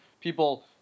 people